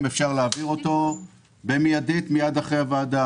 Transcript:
אפשר להעביר אותה באופן מידי מיד אחרי הישיבה.